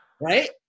right